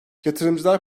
yatırımcılar